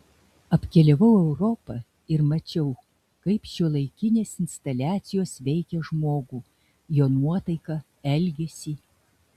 apkeliavau europą ir mačiau kaip šiuolaikinės instaliacijos veikia žmogų jo nuotaiką elgesį